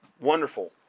wonderful